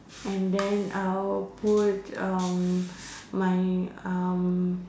and then I'll put uh my uh